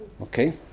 Okay